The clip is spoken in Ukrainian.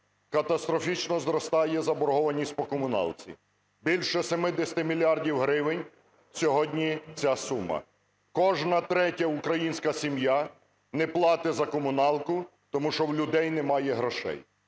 катастрофічно зростає заборгованість по комуналці. Більше 70 мільярдів гривень сьогодні ця сума. Кожна третя українська сім'я не платить за комуналку, тому що в людей немає грошей.